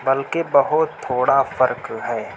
بلکہ بہت تھوڑا فرق ہے